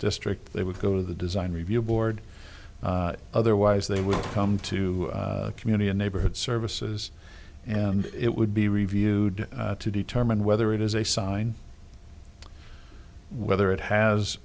district they would go to the design review board otherwise they would come to community and neighborhood services and it would be reviewed to determine whether it is a sign whether it has